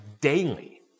daily